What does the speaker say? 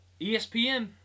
ESPN